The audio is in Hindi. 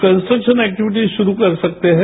कन्सट्रक्शन एक्टिविटीज शुरू कर सकते हैं